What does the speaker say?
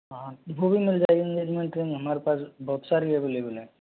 हाँ वो भी मिल जाएंगी इंगेजमेंट रिंग हमारे पास बहुत सारी अवेलेबल हैं